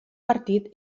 partit